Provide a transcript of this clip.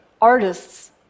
artists